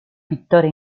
pittore